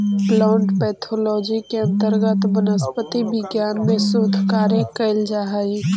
plant pathology के अंतर्गत वनस्पति विज्ञान में शोध कार्य कैल जा हइ